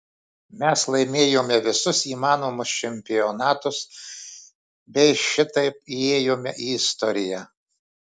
mes laimėjome visus įmanomus čempionatus bei šitaip įėjome į istoriją